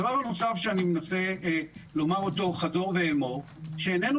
הדבר הנוסף שאני מנסה לאמרו אותו חזור ואמור הוא שאיננו